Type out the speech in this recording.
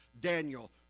Daniel